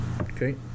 Okay